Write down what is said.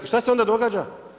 I šta se onda događa?